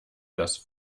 das